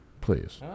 please